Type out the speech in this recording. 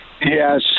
Yes